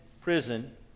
prison